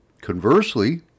Conversely